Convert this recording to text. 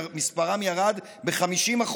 מספרן ירד ב-50%.